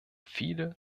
viele